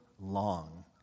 long